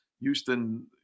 Houston